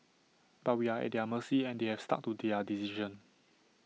but we are at their mercy and they have stuck to their decision